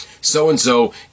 so-and-so